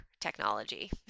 technology